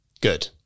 Good